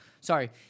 Sorry